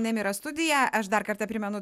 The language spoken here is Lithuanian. nemira studiją aš dar kartą primenu